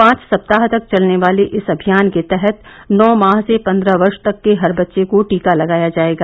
पाँच सप्ताह तक चलने वाले इस अभियान के तहत नौ माह से पन्द्रह वर्ष तक के हर बच्चे को टीका लगाया जायेगा